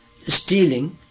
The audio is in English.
stealing